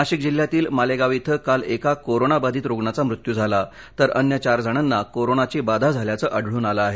नाशिक जिल्ह्यातील मालेगाव इथं काल एका कोरोना बाधित रुग्णाचा मृत्यू झाला तर अन्य चार जणांना कोरोनाची बाधा झाल्याचं आढळून आलं आहे